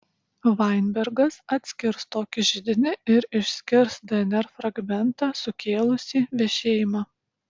vainbergas atskirs tokį židinį ir išskirs dnr fragmentą sukėlusį vešėjimą